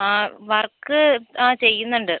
ആ വർക്ക് ആ ചെയ്യുന്നുണ്ട്